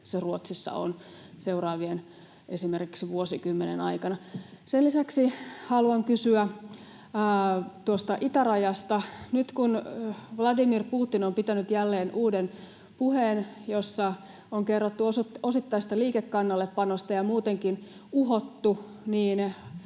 Ruotsissa esimerkiksi seuraavan vuosikymmenen aikana. Sen lisäksi haluan kysyä tuosta itärajasta: Nyt kun Vladimir Putin on pitänyt jälleen uuden puheen, jossa on kerrottu osittaisesta liikekannallepanosta ja muutenkin uhottu,